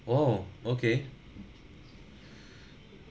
oh okay